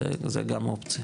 זו גם אופציה.